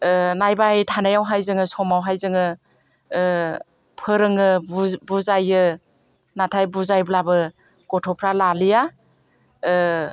नायबाय थानाययावहाय जोङो समावहाय जोङो फोरोङो बुजायो नाथाय बुजायब्लाबो गथ'फ्रा लालिया